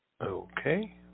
okay